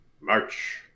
March